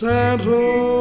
Santa